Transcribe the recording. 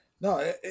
No